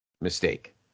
mistake